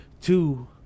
two